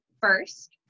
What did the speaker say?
First